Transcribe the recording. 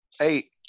Eight